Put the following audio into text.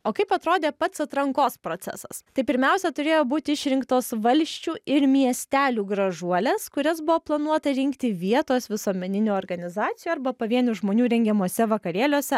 o kaip atrodė pats atrankos procesas tai pirmiausia turėjo būti išrinktos valsčių ir miestelių gražuolės kurias buvo planuota rinkti vietos visuomeninių organizacijų arba pavienių žmonių rengiamuose vakarėliuose